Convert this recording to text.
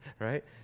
right